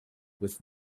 with